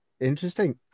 Interesting